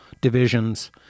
divisions